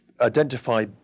identify